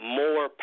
more